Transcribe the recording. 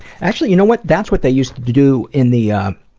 actually, you know what, that's what they used to do in the